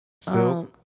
Silk